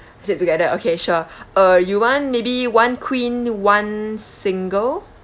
sleep together okay sure uh you want maybe one queen one single